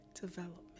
development